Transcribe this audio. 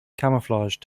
camouflage